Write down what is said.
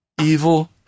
evil